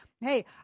Hey